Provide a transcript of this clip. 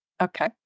Okay